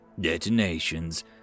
Detonations